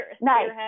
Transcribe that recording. nice